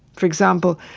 for example,